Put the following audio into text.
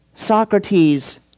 Socrates